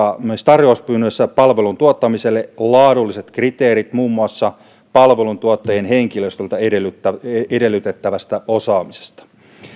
myös tarjouspyynnöissä palveluntuottamiselle laadulliset kriteerit muun muassa palveluntuottajien henkilöstöltä edellytettävästä osaamisesta